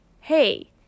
hey